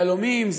יהלומים,